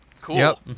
cool